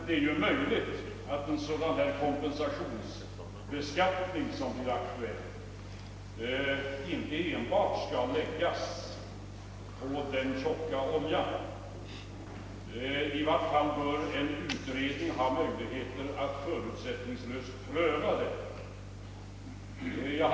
Det är emellertid möjligt att en sådan kompensationsbeskattning som blir aktuell inte enbart skall läggas på den tjocka oljan, I varje fall bör en utredning ha möjligheter att förutsättningslöst pröva denna fråga.